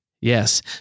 Yes